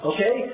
Okay